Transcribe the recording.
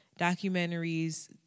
documentaries